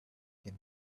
can